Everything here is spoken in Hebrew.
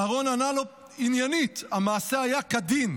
אהרן ענה לו עניינית שהמעשה היה כדין,